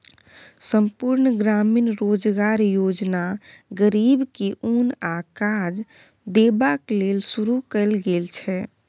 संपुर्ण ग्रामीण रोजगार योजना गरीब के ओन आ काज देबाक लेल शुरू कएल गेल छै